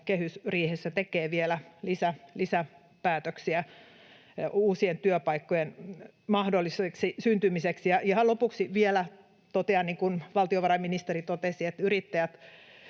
kehysriihessä tekee vielä lisäpäätöksiä uusien työpaikkojen mahdolliseksi syntymiseksi. Ihan lopuksi vielä totean, niin kuin valtiovarainministeri totesi, että yrittäjät